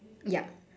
yup